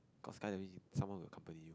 cause skydiving someone will accompany